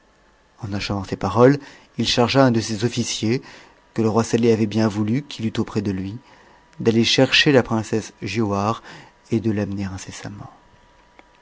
en achevant ces paroles il chargea un de ses ofnciers que le roi sateh avait bien voulu qu'il eut auprès de lui d'aller chercher la princesse giauhare et de l'amener incessamment